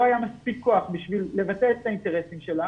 היה מספיק כוח בשביל לבטא את האינטרסים שלה,